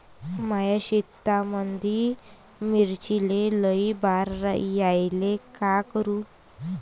माया शेतामंदी मिर्चीले लई बार यायले का करू?